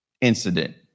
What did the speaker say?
incident